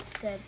Good